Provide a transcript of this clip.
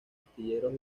astilleros